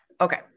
Okay